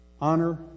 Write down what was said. honor